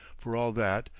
for all that,